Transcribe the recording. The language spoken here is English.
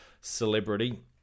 celebrity